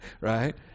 Right